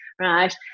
right